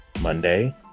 Monday